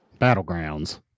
Battlegrounds